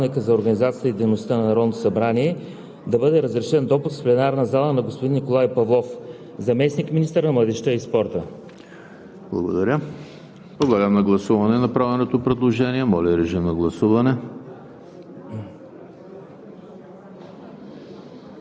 Процедура за допуск първо, господин Председател. Моля, на основание чл. 49, ал. 2 от Правилника за организацията и дейността на Народното събрание, да бъде разрешен допуск в пленарната зала на господин Николай Павлов, заместник-министър на младежта и спорта.